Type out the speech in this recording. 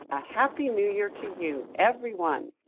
a happy new year to you, every one.